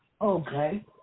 Okay